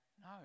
no